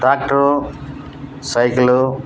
tractor cycle